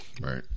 right